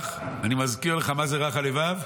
אני מזכיר לך מה זה "רך הלבב",